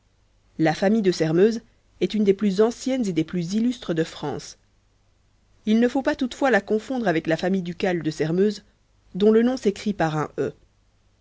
la famille de sairmeuse est une des plus anciennes et des plus illustres de france il ne faut pas toutefois la confondre avec la famille ducale de sermeuse dont le nom s'écrit par un e